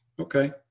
okay